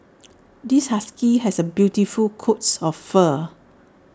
this husky has A beautiful coat of fur